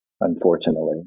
unfortunately